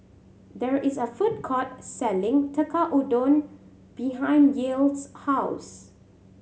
there is a food court selling Tekkadon behind Yael's house